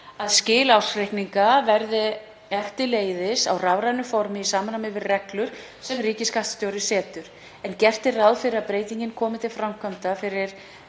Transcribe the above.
að skil ársreikninga verði eftirleiðis á rafrænu formi í samræmi við reglur sem ríkisskattstjóri setur en gert er ráð fyrir að breytingin komi til framkvæmda